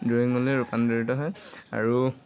ড্ৰয়িংঙলৈ ৰূপান্তৰিত হয় আৰু